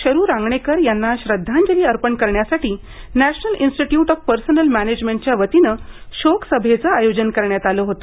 शरू रांगणेकर यांना श्रद्धांजली अर्पण करण्यासाठी नॅशनल इन्स्टिटयूट ऑफ पर्सोनेल मॅनेजमेंटच्या वतीने शोकसभेचं आयोजन करण्यात आले होते